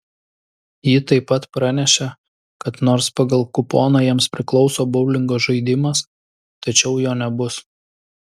ji taip pat pranešė kad nors pagal kuponą jiems priklauso boulingo žaidimas tačiau jo nebus